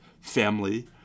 family